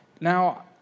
Now